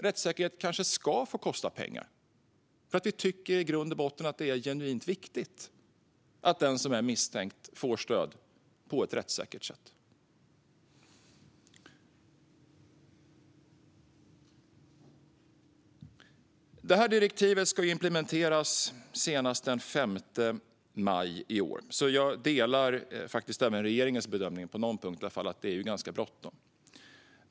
Rättssäkerhet kanske ska få kosta pengar för att vi i grund och botten tycker att det är genuint viktigt att den som är misstänkt får stöd på ett rättssäkert sätt. Direktivet ska implementeras senast den 5 maj i år. Jag delar därför regeringens bedömning på åtminstone någon punkt, och det är att det är ganska bråttom.